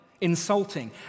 insulting